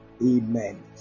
Amen